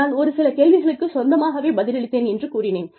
நான் ஒரு சில கேள்விகளுக்குச் சொந்தமாகவே பதிலளித்தேன் என்று கூறினேன்